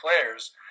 players